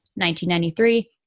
1993